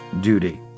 duty